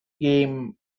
game